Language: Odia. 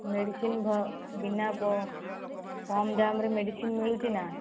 ମେଡ଼ିସିନ୍ ବିନା କମ୍ ଦାମ୍ରେ ମେଡ଼ିସିନ୍ ମିଳୁଛି ନା